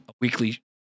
weekly